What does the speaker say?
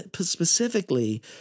specifically